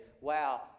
wow